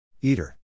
Eater